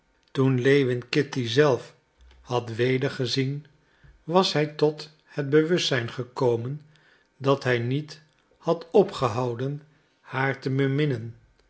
toen lewin kitty zelf had wedergezien was hij tot het bewustzijn gekomen dat hij niet had opgehouden haar te